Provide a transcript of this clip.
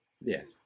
Yes